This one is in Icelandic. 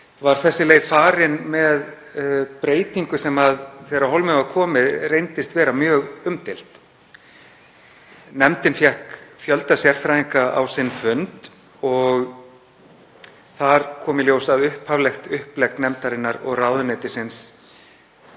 var þessi leið farin með breytingu sem þegar á hólminn var komið reyndist vera mjög umdeild. Nefndin fékk fjölda sérfræðinga á sinn fund og þar kom í ljós að upphaflegt upplegg nefndarinnar og ráðuneytisins